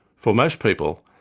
for most people,